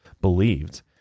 believed